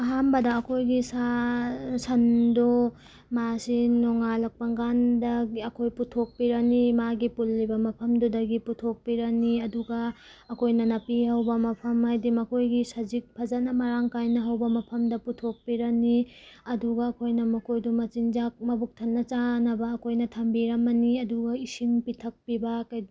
ꯑꯍꯥꯟꯕꯗ ꯑꯩꯈꯣꯏꯒꯤ ꯁꯥ ꯁꯟꯗꯣ ꯃꯥꯁꯦ ꯅꯣꯉꯥꯜꯂꯛꯄ ꯀꯥꯟꯗꯒꯤ ꯑꯩꯈꯣꯏ ꯄꯨꯊꯣꯛꯄꯤꯔꯅꯤ ꯃꯥꯒꯤ ꯄꯨꯜꯂꯤꯕ ꯃꯐꯝꯗꯨꯗꯒꯤ ꯄꯨꯊꯣꯛꯄꯤꯔꯅꯤ ꯑꯗꯨꯒ ꯑꯩꯈꯣꯏꯅ ꯅꯥꯄꯤ ꯍꯧꯕ ꯃꯐꯝ ꯍꯥꯏꯗꯤ ꯃꯈꯣꯏꯒꯤ ꯁꯖꯤꯛ ꯐꯖꯅ ꯃꯔꯥꯡ ꯀꯥꯏꯅ ꯍꯧꯕ ꯃꯐꯝꯗ ꯄꯨꯊꯣꯛꯄꯤꯔꯅꯤ ꯑꯗꯨꯒ ꯑꯩꯈꯣꯏꯅ ꯃꯈꯣꯏꯗꯣ ꯃꯆꯤꯟꯖꯥꯛ ꯃꯕꯨꯛ ꯊꯟꯅ ꯆꯥꯅꯕ ꯑꯩꯈꯣꯏꯅ ꯊꯝꯕꯤꯔꯝꯃꯅꯤ ꯑꯗꯨꯒ ꯏꯁꯤꯡ ꯄꯤꯊꯛꯄꯤꯕ